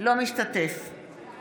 אינו משתתף בהצבעה